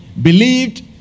Believed